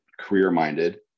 career-minded